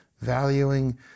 valuing